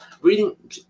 reading